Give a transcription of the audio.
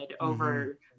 over